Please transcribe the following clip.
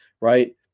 Right